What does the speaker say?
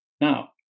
now